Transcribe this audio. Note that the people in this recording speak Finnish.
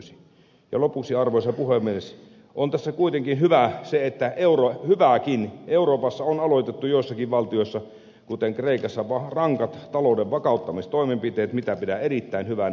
lopuksi arvoisa puhemies on tässä kuitenkin hyvääkin se että euroopassa on aloitettu joissakin valtioissa kuten kreikassa rankat talouden vakauttamistoimenpiteet mitä pidän erittäin hyvänä